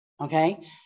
okay